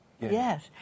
yes